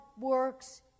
works